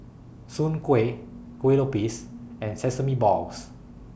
Soon Kueh Kuih Lopes and Sesame Balls